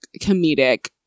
comedic